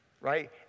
right